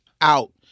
out